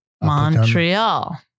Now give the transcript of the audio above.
Montreal